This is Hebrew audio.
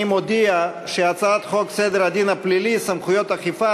אני מודיע שהצעת חוק סדר הדין הפלילי (סמכויות אכיפה,